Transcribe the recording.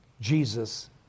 Jesus